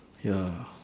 ya